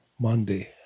Monday